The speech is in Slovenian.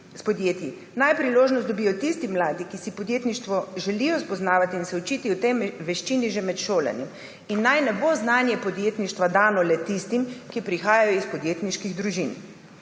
naj priložnost dobijo tisti mladi, ki si podjetništvo želijo spoznavati in se učiti o tej veščini že med šolanjem. In naj ne bo znanje podjetništva dano le tistim, ki prihajajo iz podjetniških družin.